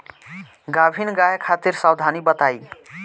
गाभिन गाय खातिर सावधानी बताई?